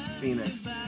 Phoenix